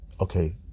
Okay